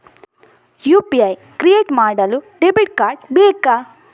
UPI create ಮಾಡಲು debit card ಬೇಕಾ?